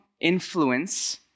influence